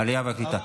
העלייה והקליטה.